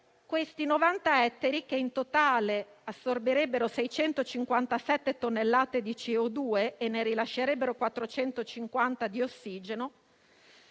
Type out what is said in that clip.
quei 90 ettari, che in totale assorbirebbero 657 tonnellate di CO2 e ne rilascerebbero 450 di ossigeno,